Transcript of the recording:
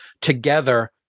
together